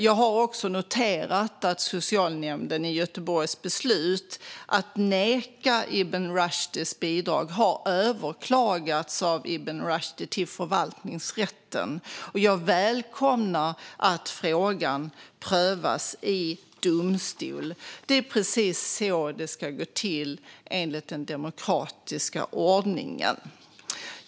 Jag har också noterat att det beslut som socialnämnden i Göteborg har fattat om att neka Ibn Rushd bidrag har överklagats av Ibn Rushd till förvaltningsrätten. Jag välkomnar att frågan prövas i domstol. Det är precis så det ska gå till enligt den demokratiska ordningen.